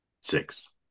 six